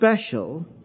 special